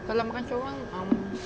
kalau makan seorang um